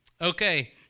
Okay